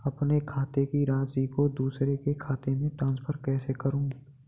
अपने खाते की राशि को दूसरे के खाते में ट्रांसफर कैसे करूँ?